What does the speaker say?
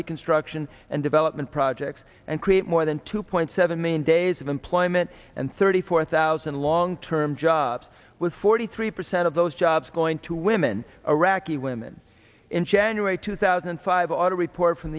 reconstruction and development projects and create more than two point seven million days of employment and thirty four thousand long term jobs was forty three percent of those jobs going to women arac and women in january two thousand and five auto report from